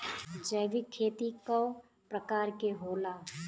जैविक खेती कव प्रकार के होला?